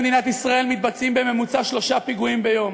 במדינת ישראל מתבצעים בממוצע שלושה פיגועים ביום.